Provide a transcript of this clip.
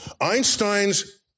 Einstein's